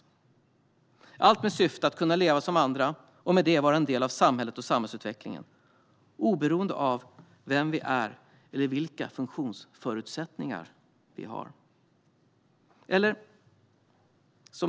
Allt detta är med syftet att man ska kunna leva som andra och med det vara en del av samhället och samhällsutvecklingen - oberoende av vem man är eller vilka funktionsförutsättningar man har.